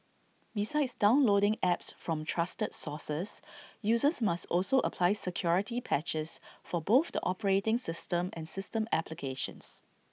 besides downloading apps from trusted sources users must also apply security patches for both the operating system and system applications